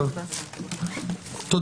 הישיבה ננעלה בשעה 11:42.